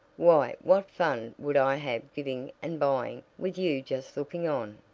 why, what fun would i have giving and buying, with you just looking on?